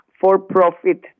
for-profit